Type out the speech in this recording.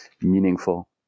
meaningful